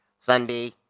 Sunday